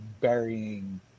burying